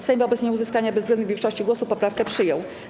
Sejm wobec nieuzyskania bezwzględnej większości głosów poprawkę przyjął.